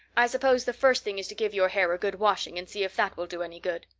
i suppose the first thing is to give your hair a good washing and see if that will do any good.